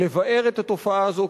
לבער את התופעה הזו,